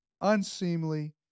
unseemly